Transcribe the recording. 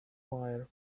fire